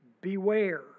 beware